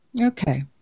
Okay